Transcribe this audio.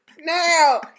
Now